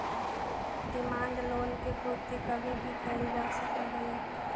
demand loan के पूर्ति कभी भी कैल जा सकऽ हई